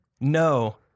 No